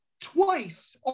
twice